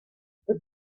they